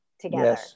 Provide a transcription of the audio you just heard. together